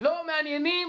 לא מעניינים